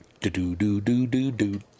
do-do-do-do-do-do